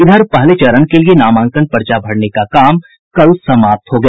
इधर पहले चरण के लिए नामांकन पर्चा भरने का काम कल समाप्त हो गया